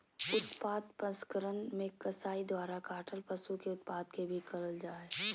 उत्पाद प्रसंस्करण मे कसाई द्वारा काटल पशु के उत्पाद के भी करल जा हई